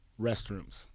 restrooms